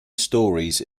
stories